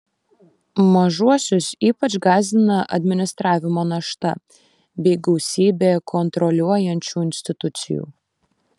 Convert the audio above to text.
mažuosius ypač gąsdina administravimo našta bei gausybė kontroliuojančių institucijų